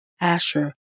Asher